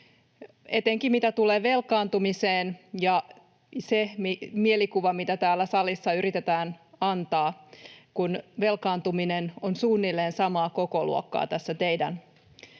etenkin mitä tulee velkaantumiseen ja siihen mielikuvaan, mitä täällä salissa yritetään antaa, kun velkaantuminen on suunnilleen samaa kokoluokkaa tässä teidän